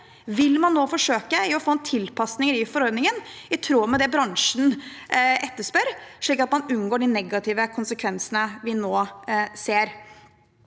Vil man nå forsøke å få tilpasninger i forordningen, i tråd med det bransjen etterspør, slik at man unngår de negative konsekvensene vi nå ser?